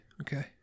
Okay